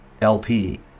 LP